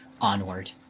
onward